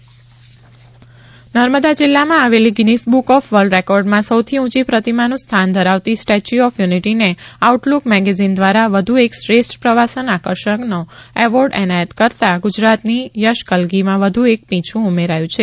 Narmada Statue of Unity Narmada જીલ્લામાં આવેલી Guinness Book of World રેકોર્ડમાં સૌથી ઉંચી પ્રતિમાનું સ્થાન ધરાવતી સ્ટેચ્યુ ઓફ યુનીટીને આઉટલુક મેગેજીન ધ્વારા વધુ એક શ્રેષ્ઠ પ્રવાસન આકર્ષણનો એવોર્ડ એનાયત કરાતાં ગુજરાતની યશકલગીમાં વધુ એક પીંછુ ઉમેરાયું છે